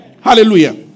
Hallelujah